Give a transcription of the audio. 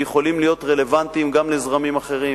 והם יכולים להיות רלוונטיים גם לזרמים אחרים,